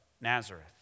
Nazareth